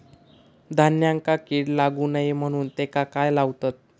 धान्यांका कीड लागू नये म्हणून त्याका काय लावतत?